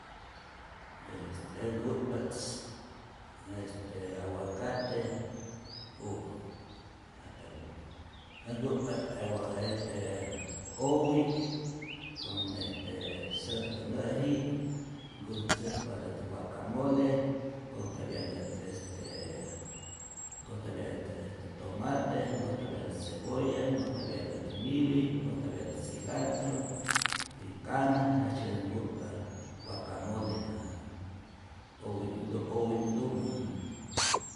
Este äj nku'tpa't este aguacate ju ah perdon, ät nku'tpa't agua este owi' con este säjkänäji'k, nkäs ntzäkpatät waka mole, nkojtapyatät este nkojtapyatät este tomate, nkojtapyatät cebolla, nkojtapyatät niwi, nkojtapyatät cilantro, y kana, jejtzyetät nku'tpa wakamole ja'a owi'ntu owi'nhtumä